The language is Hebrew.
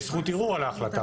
יש זכות ערעור על ההחלטה.